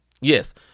Yes